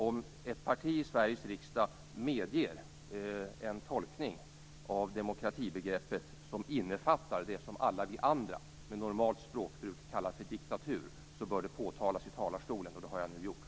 Om ett parti i Sveriges riksdag medger en tolkning av demokratibegreppet som innefattar det som alla vi andra med normalt språkbruk kallar för diktatur bör det påtalas i talarstolen. Det har jag nu gjort.